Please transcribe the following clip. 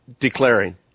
declaring